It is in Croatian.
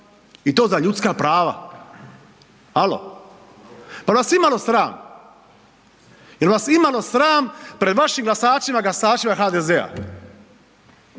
i to za ljudska prava. Alo. Pa jel vas imalo sram? Jel vas imalo sram pred vašim glasačima, glasačima HDZ-a?